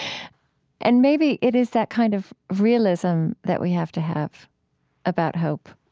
and maybe it is that kind of realism that we have to have about hope,